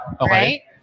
Okay